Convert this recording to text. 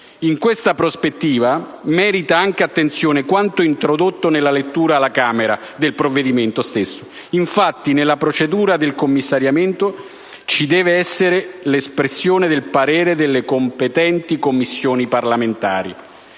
In questa prospettiva merita anche attenzione quanto introdotto nella lettura alla Camera del provvedimento stesso: infatti nella procedura del commissariamento ci deve essere l'espressione del parere delle competenti Commissioni parlamentari,